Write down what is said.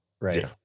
right